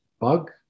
Bug